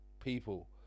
People